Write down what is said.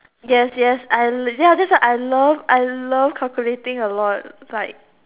yes yes I ya that's why I love I love calculating a lot like